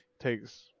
takes